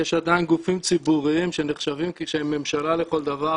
יש עדיין גופים ציבוריים שנחשבים כממשלה לכל דבר,